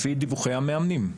לפי דיווחי המאמנים.